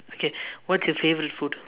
okay what's your favourite food